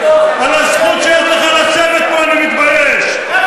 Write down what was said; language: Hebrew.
על הזכות שיש לך לשבת פה אני מתבייש,